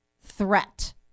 threat